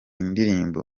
ndirimbo